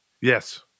Yes